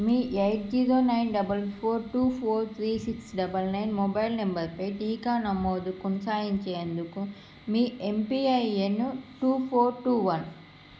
మీ eight zero nine double four two four three six double nine mobile నెంబర్పై టీకా నమోదు కొనసాగించేందుకు మీ MPIN two four two one